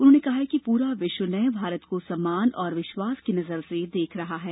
उन्होंने कहा कि पूरा विश्व नये भारत को सम्मान और विश्वास की नजर से देख रहा है